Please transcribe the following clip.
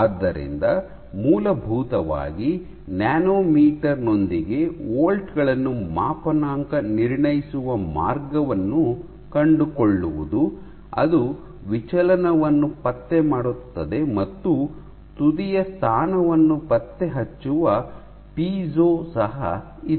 ಆದ್ದರಿಂದ ಮೂಲಭೂತವಾಗಿ ನ್ಯಾನೊಮೀಟರ್ ನೊಂದಿಗೆ ವೋಲ್ಟ್ ಗಳನ್ನು ಮಾಪನಾಂಕ ನಿರ್ಣಯಿಸುವ ಮಾರ್ಗವನ್ನು ಕಂಡುಕೊಳ್ಳುವುದು ಅದು ವಿಚಲನವನ್ನು ಪತ್ತೆ ಮಾಡುತ್ತದೆ ಮತ್ತು ತುದಿಯ ಸ್ಥಾನವನ್ನು ಪತ್ತೆಹಚ್ಚುವ ಪೈಜೊ ಸಹ ಇದೆ